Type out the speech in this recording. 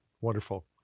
Wonderful